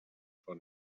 for